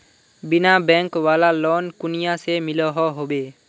बिना बैंक वाला लोन कुनियाँ से मिलोहो होबे?